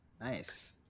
nice